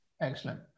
Excellent